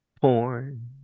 Porn